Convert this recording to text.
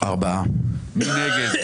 מי נגד?